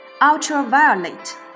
Ultraviolet